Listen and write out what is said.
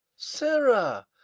sirrah,